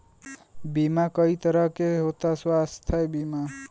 बीमा कई तरह के होता स्वास्थ्य बीमा?